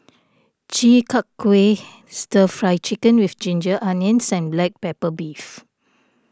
Chi Kak Kuih Stir Fry Chicken with Ginger Onions and Black Pepper Beef